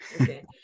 Okay